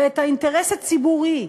ואת האינטרס הציבורי,